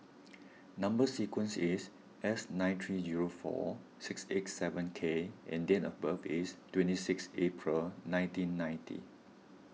Number Sequence is S nine three zero four six eight seven K and date of birth is twenty six April nineteen ninety